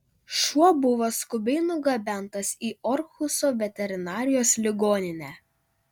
šuo buvo skubiai nugabentas į orhuso veterinarijos ligoninę